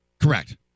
Correct